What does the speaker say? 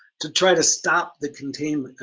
to try to stop the containment,